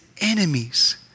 enemies